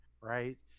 Right